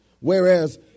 Whereas